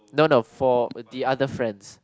no no for the other friends